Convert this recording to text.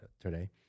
today